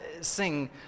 sing